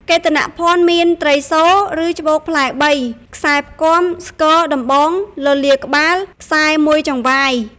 កេតនភណ្ឌមាន ត្រីសូល៍ ឬច្បូកផ្លែ ៣ ខ្សែផ្គាំ ស្គរ ដំបង លលាដ៍ក្បាល ខ្សែ១ចង្វាយ។